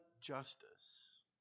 justice